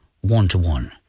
one-to-one